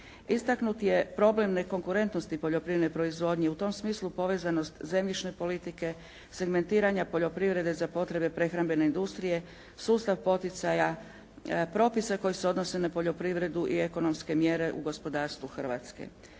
Istaknut je problem nekonkurentnosti poljoprivredne proizvodnje. U tom smislu i povezanost zemljište politike, segmentiranja poljoprivrede za potrebe prehrambene industrije, sustav poticaja, propisa koji se odnose na poljoprivredu i ekonomske mjere u gospodarstvu Hrvatske.